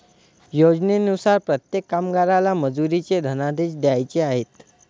योजनेनुसार प्रत्येक कामगाराला मजुरीचे धनादेश द्यायचे आहेत